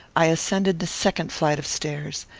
i ascended the second flight of stairs.